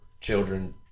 children